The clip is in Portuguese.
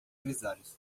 grisalhos